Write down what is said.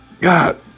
God